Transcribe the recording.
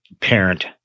parent